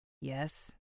Yes